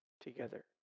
together